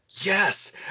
Yes